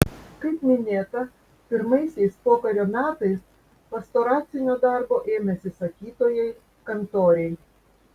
kaip minėta pirmaisiais pokario metais pastoracinio darbo ėmėsi sakytojai kantoriai